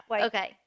Okay